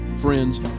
friends